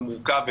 מורכב,